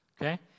Okay